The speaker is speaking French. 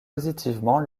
positivement